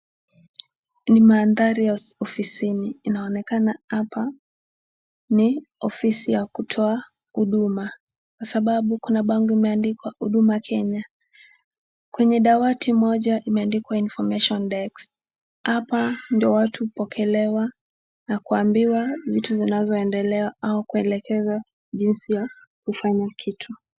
Ni mandhari ya ofisini na inaonekana hapa ni ofisi kutoa huduma kwa sababu kuna bango ambalo limeandikwa huduma Kenya. Kwenye dawati moja imeandikwa information desk , hapa ndio watu hupokelewa na kuambiwa vitu vinavyoendelea au kuelekezwa jinsi ya kufanya kitu.